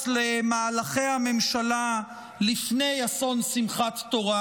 למהלכי הממשלה לפני אסון שמחת תורה,